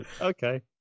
Okay